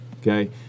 okay